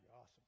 Awesome